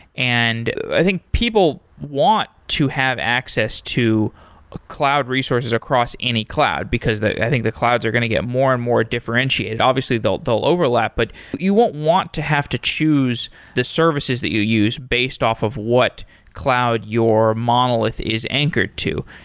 and i think people want to have access to ah cloud resources across any cloud, because i think the clouds are going to get more and more differentiated. obviously, they'll they'll overlap, but you want want to have to choose the services that you use based off of what cloud your monolith is anchored to.